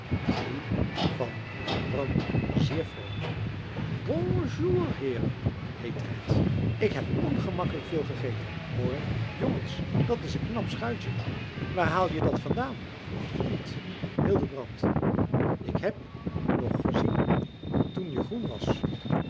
die van van brammen zeer vroolijk bonjour heeren heette het ik heb ongemakkelijk veel gegeten hoor jongens dat is een knap schuitje waar haalje dat van daan piet hildebrand ik heb je nog gezien toen je groen was